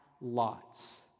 lots